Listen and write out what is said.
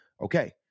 Okay